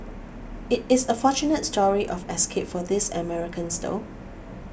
it is a fortunate story of escape for these Americans though